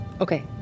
Okay